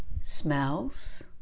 smells